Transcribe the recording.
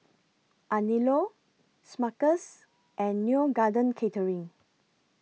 Anello Smuckers and Neo Garden Catering